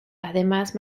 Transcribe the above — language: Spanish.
además